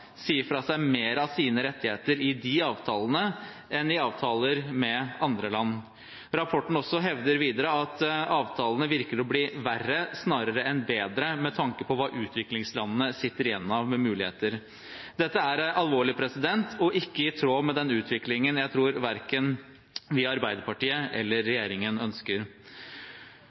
sier fra seg mer av sine rettigheter i de avtalene enn i avtaler med andre land. Rapporten hevder videre at avtalene virker å bli verre snarere enn bedre med tanke på hva utviklingslandene sitter igjen med av muligheter. Dette er alvorlig og ikke i tråd med den utviklingen jeg tror verken vi i Arbeiderpartiet eller regjeringen ønsker.